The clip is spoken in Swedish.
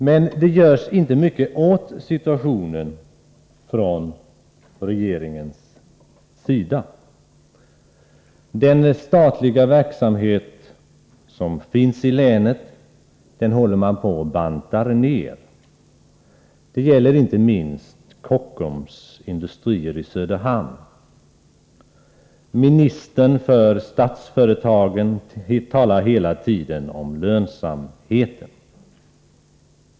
Men det görs inte mycket åt situationen från regeringens sida. Den statliga verksamhet som finns i länet håller man på att banta ner. Detta gäller inte minst Kockums Industri i Söderhamn. Ministern för statsföretagen talar hela tiden om lönsamhet.